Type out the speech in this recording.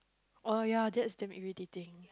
oh ya that's damn irritating